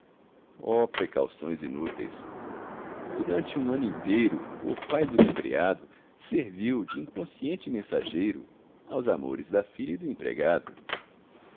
precauções inúteis durante um ano inteiro o pai ludibriado serviu de inconsciente mensageiro aos amores da filha e do empregado